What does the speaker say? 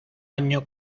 año